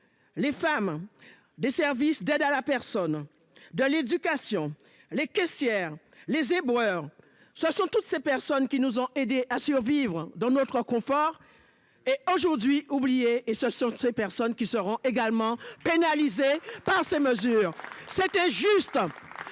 Les femmes des services d'aide à la personne de l'éducation, les caissières, les éboueurs. Ce sont toutes ces personnes qui nous ont aidé à survivre dans notre confort. Et aujourd'hui oubliés et ce sont ces personnes qui seront également pénalisés par ces mesures. C'est injuste.